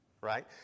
right